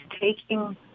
taking